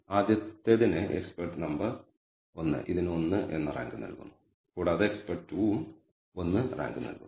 ആദ്യത്തേതിന് expert number 1 ഇതിന് 1 എന്ന rank നൽകുന്നു കൂടാതെ എക്സ്പെർട്ട് 2 ഉം 1 റാങ്ക് നൽകുന്നു